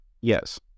Yes